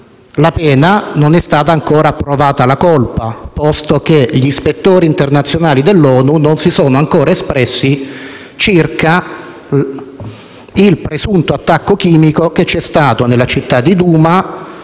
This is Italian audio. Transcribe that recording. la pena, non è stata ancora provata la colpa, posto che gli ispettori internazionali dell’ONU non si sono ancora espressi circa il presunto attacco chimico che c’è stato nella città di Douma,